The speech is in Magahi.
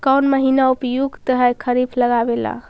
कौन महीना उपयुकत है खरिफ लगावे ला?